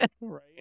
Right